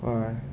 alright